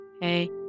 hey